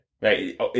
right